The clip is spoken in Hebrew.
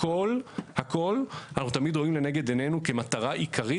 בהכול אנחנו תמיד רואים לנגד עינינו כמטרה עיקרית,